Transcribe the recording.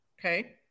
Okay